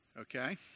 Okay